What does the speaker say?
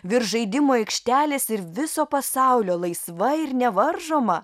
virš žaidimo aikštelės ir viso pasaulio laisva ir nevaržoma